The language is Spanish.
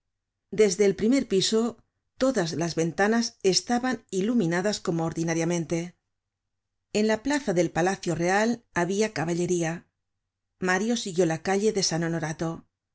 desde el primer piso todas las ventanas estaban iluminadas como ordinariamente en la plaza del palacio real habia caballería mario siguió la calle de san honorato a medida que